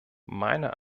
meiner